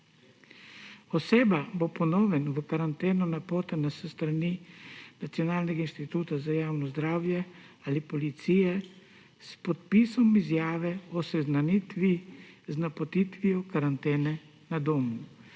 Oseba bo ponovno v karanteno napotena s strani NIJZ ali policije s podpisom izjave o seznanitvi z napotitvijo karantene na domu.